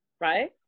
right